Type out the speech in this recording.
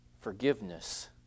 forgiveness